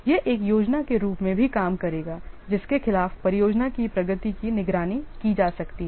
यह एक योजना के रूप में भी काम करेगा जिसके खिलाफ परियोजना की प्रगति की निगरानी की जा सकती है